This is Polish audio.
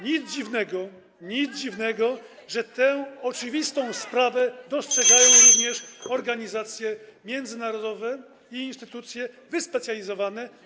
Nic dziwnego, że tę oczywistą sprawę dostrzegają również organizacje międzynarodowe i instytucje wyspecjalizowane.